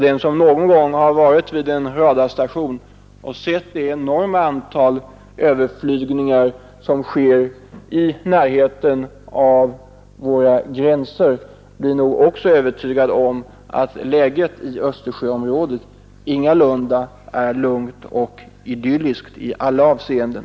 Den som någon gång har varit vid en radarstation och sett det enorma antal överflygningar som sker i närheten av våra gränser blir nog övertygad om att läget i Östersjöområdet inte är lugnt och idylliskt i alla avseenden.